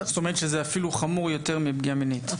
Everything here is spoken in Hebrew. זאת אומרת, זה אפילו חמור יותר מפגיעה מינית.